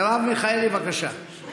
מרב מיכאלי, בבקשה,